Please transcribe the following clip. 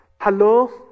Hello